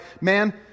Man